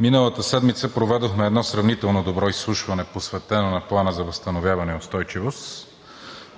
миналата седмица проведохме едно сравнително добро изслушване, посветено на Плана за възстановяване и устойчивост.